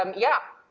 um yeah.